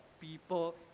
people